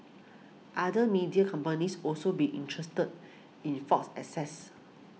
other media companies also be interested in Fox's assets